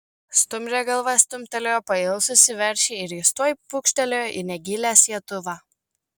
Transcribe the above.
stumbrė galva stumtelėjo pailsusį veršį ir jis tuoj pūkštelėjo į negilią sietuvą